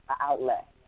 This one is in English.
outlet